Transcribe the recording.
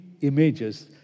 images